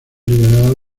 liberado